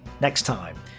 next time.